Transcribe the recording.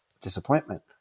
disappointment